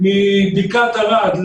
מבקעת ערד,